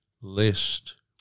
lest